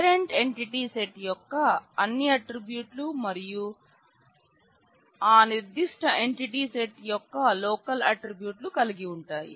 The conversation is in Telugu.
పేరెంట్ ఎంటిటీ సెట్ యొక్క అన్ని ఆట్రిబ్యూట్లు మరియు ఆ నిర్ధిష్ట ఎంటిటీ సెట్ యొక్క లోకల్ ఆట్రిబ్యూట్లు కలిగి ఉంటాయి